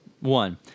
One